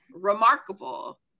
remarkable